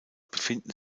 befinden